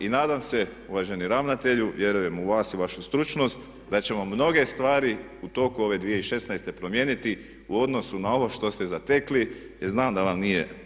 I nadam se uvaženi ravnatelju, vjerujem u vas i u vašu stručnost da ćemo mnoge stvari u toku ove 2016. promijeniti u odnosnu na ovo što ste zatekli jer znam da vam nije lako.